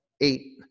eight